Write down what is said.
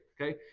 okay